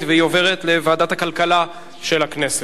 והיא עוברת לוועדת הכלכלה של הכנסת.